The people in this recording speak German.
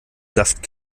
saft